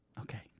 okay